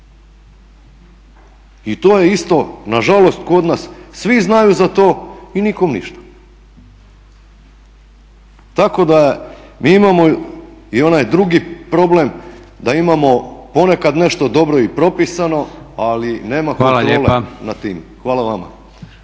I to je isto na žalost kod nas svi znaju za to i nikom ništa, tako da mi imamo i onaj drugi problem da imamo ponekad nešto dobro i propisano ali nema kontrole nad time. …/Upadica